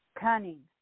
Cunning